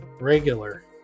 regular